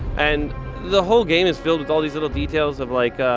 and the whole game is filled with all these little details of, like,